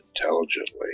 intelligently